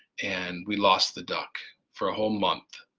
and we lost the duck for a whole month.